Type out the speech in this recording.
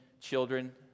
children